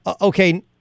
Okay